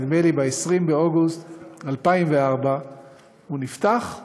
נדמה לי שב-20 באוגוסט 2004 הוא נפתח,